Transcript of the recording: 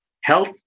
health